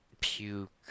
puke